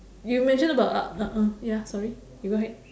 you mentioned about ah ah ah ya sorry you go ahead